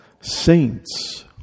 saints